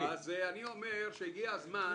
הגיע הזמן,